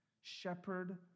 Shepherd